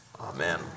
Amen